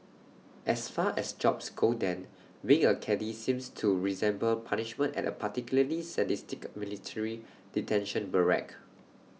as far as jobs go then being A caddie seems to resemble punishment at A particularly sadistic military detention barrack